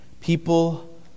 People